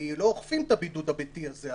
לא אוכפים את הבידוד הביתי הזה.